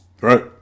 Right